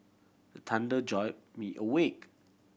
the thunder jolt me awake